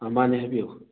ꯃꯥꯅꯦ ꯍꯥꯏꯕꯤꯌꯨ